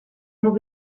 would